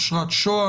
עורכת הדין אושרת שהם,